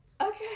Okay